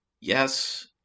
Yes